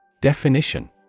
Definition